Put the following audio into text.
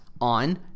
on